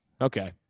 Okay